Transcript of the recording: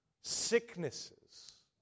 Sicknesses